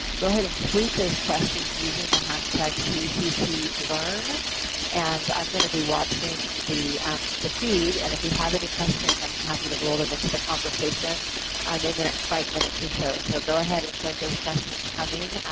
go ahead and tweet those questions using the hashtag ccclearn. and i'm going to be watching the um the feed. and if you have any questions i'm happy to role them into the conversation um in the next five minutes or so. so go ahead and start those questions coming.